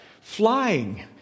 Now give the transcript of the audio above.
flying